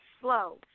slow